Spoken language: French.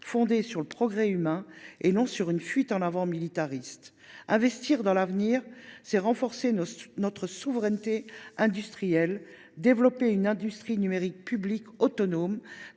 fondé sur le progrès humain et non sur une fuite en avant militariste. Investir dans l’avenir, c’est renforcer notre souveraineté industrielle, développer une industrie numérique publique et autonome,